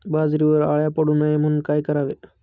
बाजरीवर अळ्या पडू नये म्हणून काय करावे?